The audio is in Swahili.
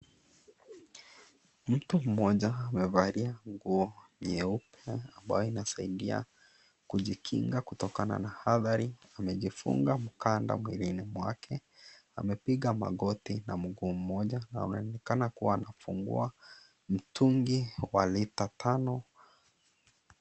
Mtu mmoja amevalia nguo nyeupe ambayo inasaidia kujikinga kutokana na hadhari amejifunga mkanda mwiilini mwake, amepiga magoti na mguu mmoja anaonekana kuwa anafungua mtungi wa lita tano.